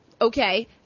Okay